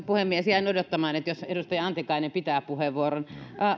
puhemies jään odottamaan jos edustaja antikainen pitää puheenvuoron